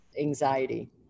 anxiety